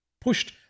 pushed